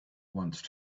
once